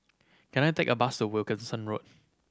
can I take a bus to Wilkinson Road